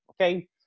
Okay